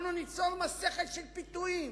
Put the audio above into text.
אנחנו ניצור מסכת של פיתויים,